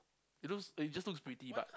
it looks it just looks pretty but